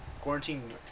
Quarantine